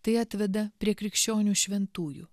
tai atveda prie krikščionių šventųjų